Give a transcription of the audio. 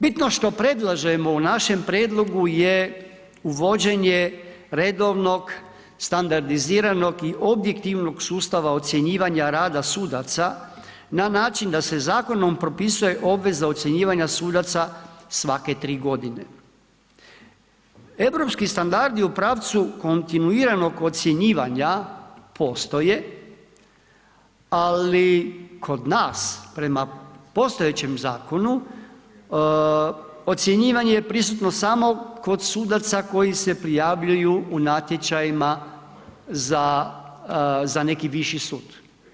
Bitno što predlažemo u našem prijedlogu je uvođenje redovnog, standardiziranog i objektivnog sustava ocjenjivanja rada sudaca na način da se zakonom propisuje obveza ocjenjivanja sudaca svake 3.g. Europski standardi u pravcu kontinuiranog ocjenjivanja postoje, ali kod nas prema postojećem zakonu ocjenjivanje je prisutno samo kod sudaca koji se prijavljuju u natječajima za neki viši sud.